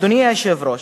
אדוני היושב-ראש,